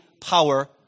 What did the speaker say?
power